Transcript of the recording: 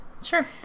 Sure